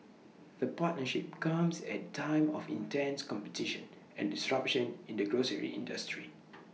the partnership comes at A time of intense competition and disruption in the grocery industry